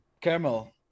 caramel